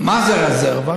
מה זה רזרבה?